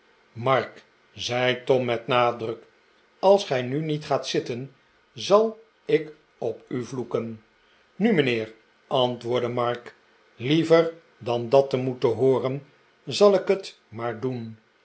mark zei tom met nadruk als gij nu niet gaat zitten zal ik op u vloeken nu mijnheer antwoordde mark liever dan dat te moeten hooren zal ik het maar doen